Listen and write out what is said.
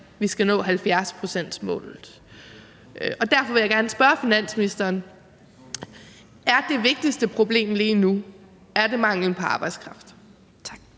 vi skal nå 70-procentsmålet. Derfor vil jeg gerne spørge finansministeren: Er det vigtigste problem lige nu manglen på arbejdskraft?